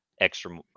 extra